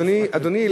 אדוני התייחס,